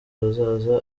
bazaza